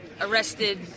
arrested